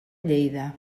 lleida